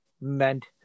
meant